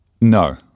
no